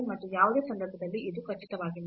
ಮತ್ತು ಯಾವುದೇ ಸಂದರ್ಭದಲ್ಲಿ ಇದು ಖಚಿತವಾಗಿಲ್ಲ